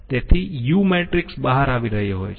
તેથી U matrix બહાર આવી રહ્યો છે